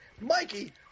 Mikey